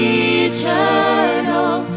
eternal